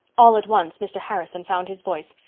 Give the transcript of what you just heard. all at once mr. harrison found his voice.